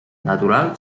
natural